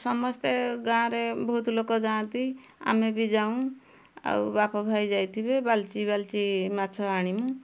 ସମସ୍ତେ ଗାଁରେ ବହୁତ ଲୋକ ଯାଆନ୍ତି ଆମେ ବି ଯାଉଁ ଆଉ ବାପ ଭାଇ ଯାଇଥିବେ ବାଲ୍ଟି ବାଲ୍ଟି ମାଛ ଆଣିମୁ